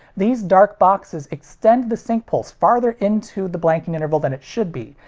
these dark boxes extend the sync pulse farther into the blanking interval than it should be,